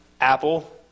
Apple